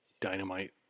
Dynamite